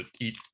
eat